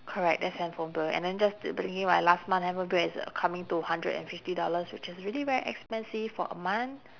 correct that's handphone bill and then just the thinking my last month handphone bill is coming to hundred and fifty dollars which is really very expensive for a month